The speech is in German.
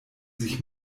sich